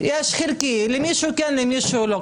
יש חלקית, למישהו כן, למישהו לא.